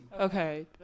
Okay